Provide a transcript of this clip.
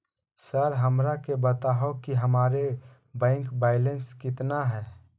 Sir हमरा के बताओ कि हमारे बैंक बैलेंस कितना है?